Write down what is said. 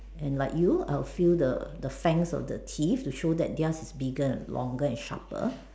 and like you I will feel the the fangs of the teeth to show that theirs is bigger and longer and sharper